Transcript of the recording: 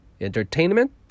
entertainment